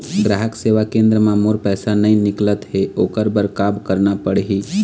ग्राहक सेवा केंद्र म मोर पैसा नई निकलत हे, ओकर बर का करना पढ़हि?